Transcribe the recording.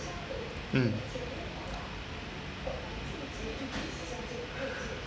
mm